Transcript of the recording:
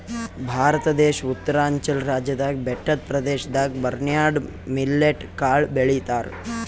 ಭಾರತ ದೇಶ್ ಉತ್ತರಾಂಚಲ್ ರಾಜ್ಯದಾಗ್ ಬೆಟ್ಟದ್ ಪ್ರದೇಶದಾಗ್ ಬರ್ನ್ಯಾರ್ಡ್ ಮಿಲ್ಲೆಟ್ ಕಾಳ್ ಬೆಳಿತಾರ್